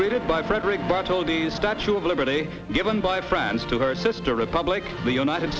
greeted by frederic but told the statue of liberty given by friends to her sister republic the united